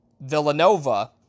Villanova